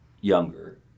younger